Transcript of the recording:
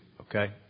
Okay